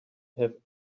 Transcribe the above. have